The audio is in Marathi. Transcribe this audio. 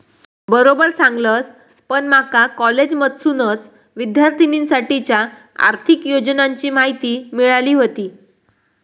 बरोबर सांगलस, पण माका कॉलेजमधसूनच विद्यार्थिनींसाठीच्या आर्थिक योजनांची माहिती मिळाली व्हती